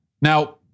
Now